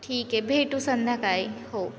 ठीक आहे भेटू संध्याकाळी हो